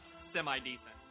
semi-decent